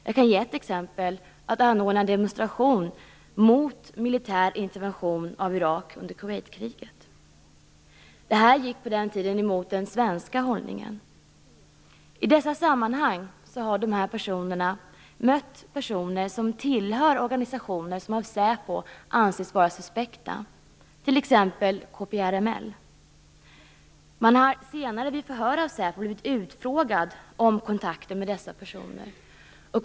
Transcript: Jag kan ge ett exempel: en anordnad demonstration mot militär intervention av Irak under Kuwaitkriget. Detta gick på den tiden emot den svenska hållningen. I dessa sammanhang har dessa personer mött personer som tillhör organisationer som av säpo anses vara suspekta, t.ex. KPRML. De har senare vid förhör av säpo blivit utfrågade om kontakter med dessa personer.